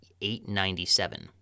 897